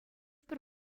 пӗр